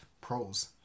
pros